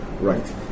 Right